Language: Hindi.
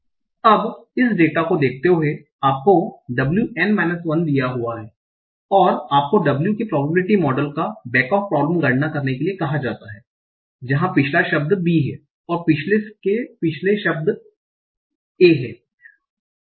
अब इस डेटा को देखते हुए आपको w n माइनस 1 दिया हुआ हैं और आपको w के probability मॉडल का बैक ऑफ प्रॉब्लम गणना करने के लिए कहा जाता है जहाँ पिछला शब्द b है और पिछले से पिछले शब्द a है